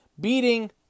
beating